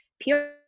pure